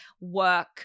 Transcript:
work